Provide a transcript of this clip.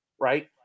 right